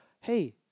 hey